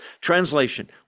Translation